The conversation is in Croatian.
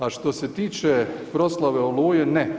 A što se tiče proslave Oluje ne.